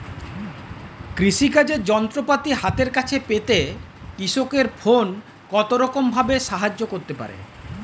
কৃষিকাজের যন্ত্রপাতি হাতের কাছে পেতে কৃষকের ফোন কত রকম ভাবে সাহায্য করতে পারে?